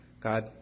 God